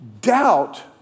Doubt